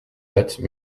dates